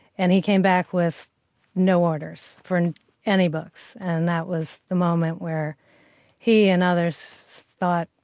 and he came back with no orders for any books and that was the moment where he and others thought,